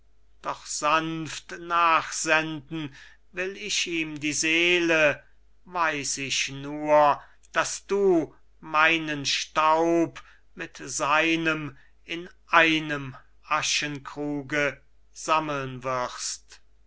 doch sanft nachsenden will ich ihm die seele weiß ich nur daß du meinen staub mit seinem in einem aschenkruge sammeln wirst